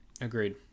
Agreed